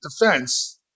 defense